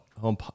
home